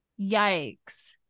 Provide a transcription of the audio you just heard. Yikes